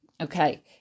okay